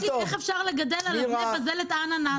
לי איך אפשר לגדל על אבני בזלת אננס.